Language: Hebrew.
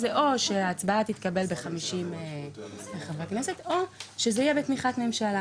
זה או שההצבעה תתקבל ב-50 חברי כנסת או שזה יהיה בתמיכת ממשלה.